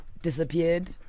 disappeared